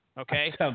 Okay